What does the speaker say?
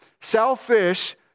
selfish